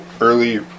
early